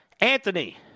Anthony